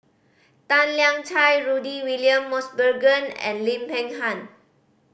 Tan Lian Chye Rudy William Mosbergen and Lim Peng Han